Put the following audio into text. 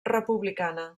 republicana